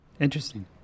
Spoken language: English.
Interesting